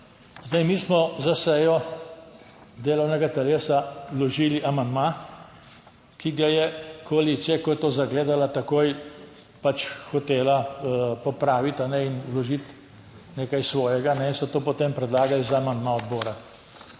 Zdaj mi smo za sejo delovnega telesa vložili amandma, ki ga je koalicija, ko je to zagledala, takoj pač hotela popraviti in vložiti nekaj svojega in so to potem predlagali za amandma odbora.